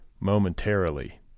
momentarily